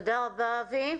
תודה רבה, אבי.